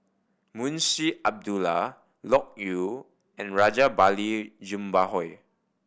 Munshi Abdullah Loke Yew and Rajabali Jumabhoy